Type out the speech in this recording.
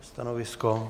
Stanovisko?